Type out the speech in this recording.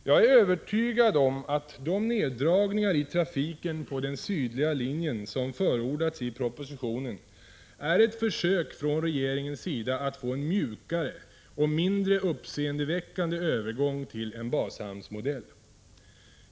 Jag är övertygad om att de neddragningar i trafiken på den sydliga linjen som förordats i propositionen är ett försök från regeringens sida att få en mjukare och mindre uppseendeväckande övergång till en bashamnsmodell.